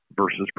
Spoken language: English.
versus